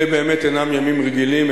אלה באמת אינם ימים רגילים,